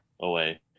away